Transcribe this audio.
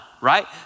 right